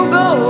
go